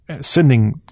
sending